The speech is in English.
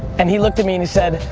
and he looked at me and he said,